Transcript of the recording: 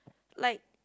like